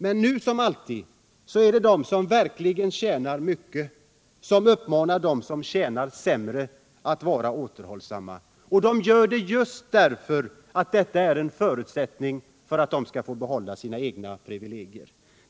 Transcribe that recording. Men nu som alltid är det de som tjänar verkligt mycket som uppmanar dem som tjänar sämre att vara återhållsamma — just därför att det är en förutsättning för dem som tjänar bra att behålla sina privilegier.